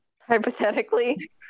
Hypothetically